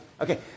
Okay